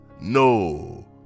no